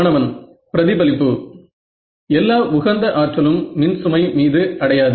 மாணவன் பிரதிபலிப்பு எல்லா உகந்த ஆற்றலும் மின்சுமை மீது அடையாது